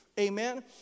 Amen